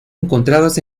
encontrados